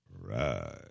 Right